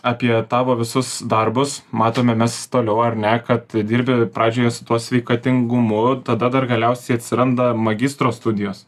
apie tavo visus darbus matome mes toliau ar ne kad dirbi pradžioje su tuo sveikatingumu tada dar galiausiai atsiranda magistro studijos